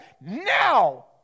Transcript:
Now